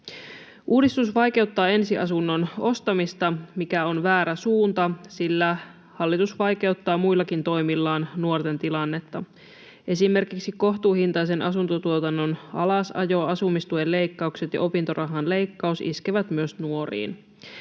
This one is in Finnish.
Uudistus vaikeuttaa ensiasunnon ostamista, mikä on väärä suunta, sillä hallitus vaikeuttaa muillakin toimillaan nuorten tilannetta. Esimerkiksi kohtuuhintaisen asuntotuotannon alasajo, asumistuen leikkaukset ja opintorahan leikkaus iskevät myös nuoriin.